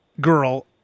girl